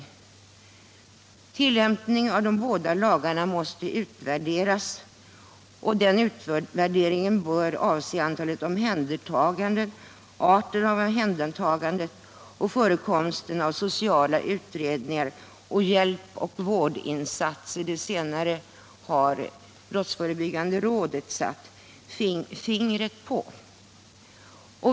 Tillämpningen av de båda lagarna måste utvärderas. Den utvärderingen bör avse antalet omhändertaganden, arten av omhändertagandena och förekomsten av sociala utredningar, hjälp och vårdinsatser. Det senare har brottsförebyggande rådet satt fingret på.